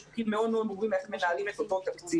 יש חוקים מאוד מאוד ברורים איך מנהלים את אותו תקציב.